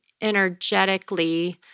energetically